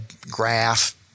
graph